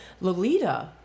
Lolita